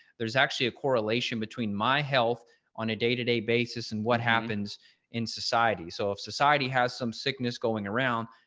there's actually a correlation between my health on a day to day basis and what happens in society. so if society has some sickness going around,